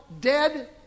dead